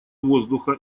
воздуха